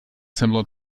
similar